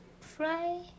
fry